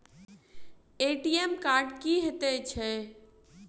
ATM card की हएत छै?